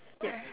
ya